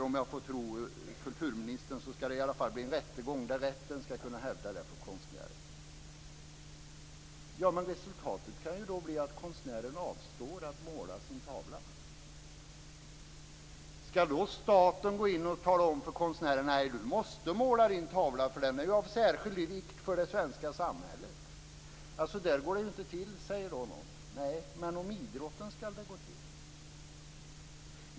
Om jag får tro kulturministern skall det i varje fall bli en rättegång där rätten skall kunna hävda detta för konstnären. Resultatet kan bli att konstnären avstår från att måla sin tavla. Skall då staten gå in och tala om för konstnären: Nej, du måste måla din tavla, eftersom den är av särskild vikt för det svenska samhället. Så där går det inte till, säger någon. Nej, men om idrotten skall det gå till så.